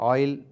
Oil